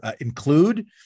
include